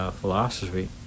philosophy